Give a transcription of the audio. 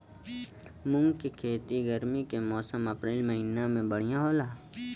मुंग के खेती गर्मी के मौसम अप्रैल महीना में बढ़ियां होला?